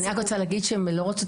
אני רוצה לומר שהבנות שאצלנו לא רוצות